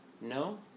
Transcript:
no